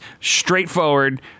straightforward